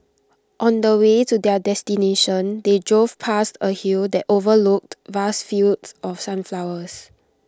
on the way to their destination they drove past A hill that overlooked vast fields of sunflowers